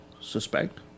suspect